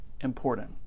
important